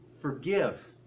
Forgive